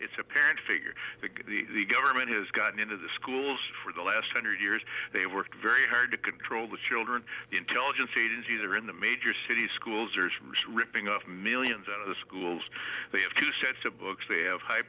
it's a parent figure that the government has gotten into the schools for the last hundred years they worked very hard to control the children the intelligence agencies are in the major cities schools are ripping off millions out of the schools they have two sets of books they have high